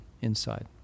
inside